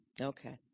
Okay